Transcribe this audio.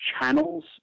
channels